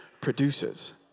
produces